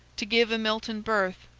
to give a milton birth,